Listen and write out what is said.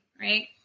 right